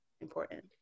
important